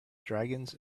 dragons